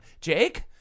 Jake